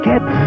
Get